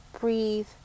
breathe